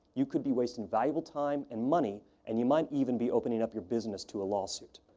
you could be wasting valuable time and money and you might even be opening up your business to a lawsuit.